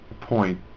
point